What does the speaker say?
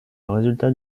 résultat